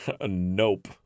Nope